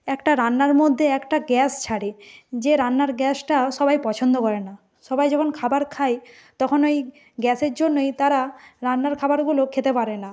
একটা রান্নার মধ্যে একটা গ্যাস ছাড়ে যে রান্নার গ্যাসটা সবাই পছন্দ করে না সবাই যখন খাবার খায় তখন ওই গ্যাসের জন্যই তারা রান্নার খাবারগুলো খেতে পারে না